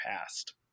past